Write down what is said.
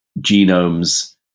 genomes